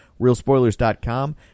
realspoilers.com